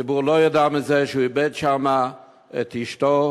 והציבור לא ידע שהוא איבד שם את אשתו